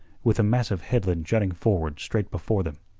with a massive headland jutting forward straight before them.